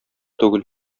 түгел